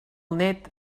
nét